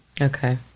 Okay